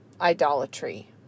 idolatry